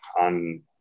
on